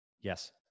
Yes